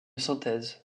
synthèse